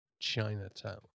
Chinatown